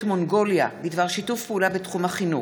מונגוליה בדבר שיתוף פעולה בתחום החינוך,